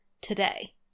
today